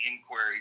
inquiry